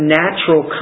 natural